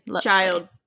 child